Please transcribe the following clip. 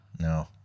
No